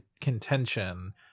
contention